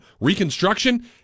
reconstruction